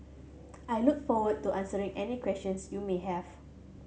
I look forward to answering any questions you may have